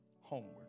homeward